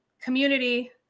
community